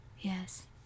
Yes